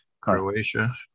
Croatia